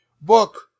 book